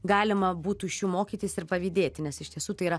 galima būtų iš jų mokytis ir pavydėti nes iš tiesų tai yra